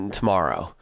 tomorrow